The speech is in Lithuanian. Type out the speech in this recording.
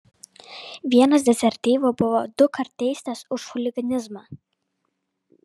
vienas dezertyrų buvo dukart teistas už chuliganizmą